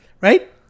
right